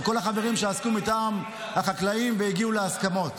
לכל החברים שעסקו בה מטעם החקלאים והגיעו להסכמות.